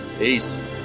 Peace